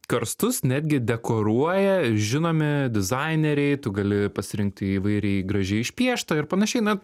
karstus netgi dekoruoja žinomi dizaineriai tu gali pasirinkti įvairiai gražiai išpiešta ir panašiai na